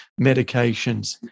medications